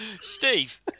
Steve